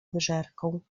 wyżerką